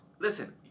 Listen